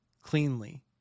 Cleanly